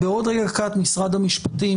בעוד רגע קט משרד המשפטים